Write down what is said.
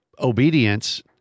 obedience